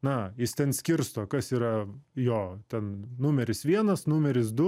na jis ten skirsto kas yra jo ten numeris vienas numeris du